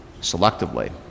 selectively